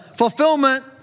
Fulfillment